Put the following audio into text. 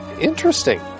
interesting